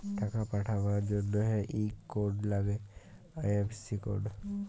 টাকা পাঠাবার জনহে ইক কোড লাগ্যে আই.এফ.সি কোড